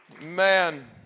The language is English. Man